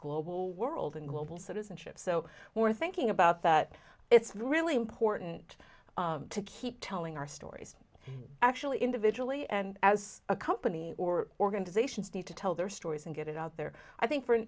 global world and global citizenship so we're thinking about that it's really important to keep telling our stories actually individually and as a company or organizations need to tell their stories and get it out there i think for